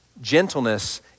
Gentleness